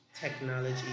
technology